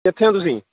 ਕਿੱਥੇ ਹੋ ਤੁਸੀਂ